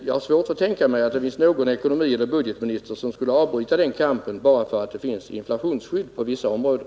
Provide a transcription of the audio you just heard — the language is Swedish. Jag kan därför inte tänka mig att det finns någon ekonomieller budgetminister som skulle vilja avbryta den kampen bara därför att det finns inflationsskydd på vissa områden.